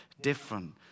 different